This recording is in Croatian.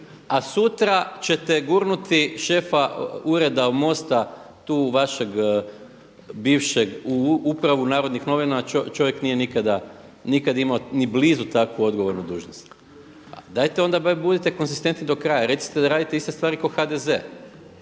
a sutra ćete gurnuti šefa ureda MOST-a vašeg bivšeg u Upravu Narodnih novina, a čovjek nije nikada imao ni blizu tako odgovornu dužnost. Dajte onda budite konzistentni do kraja, recite da radite iste stvari kao HDZ.